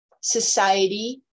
society